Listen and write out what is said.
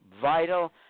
vital